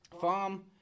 farm